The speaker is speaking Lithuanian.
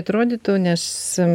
atrodytų nes